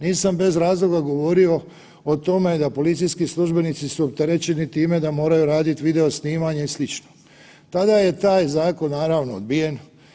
Nisam bez razloga govorio o tome da policijski službenici su opterećeni time da moraju raditi video snimanje i slično, tada je taj zakon naravno odbijen.